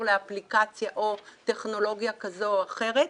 לאפליקציה או טכנולוגיה כזו או אחרת.